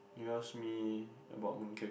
you ask me about mooncake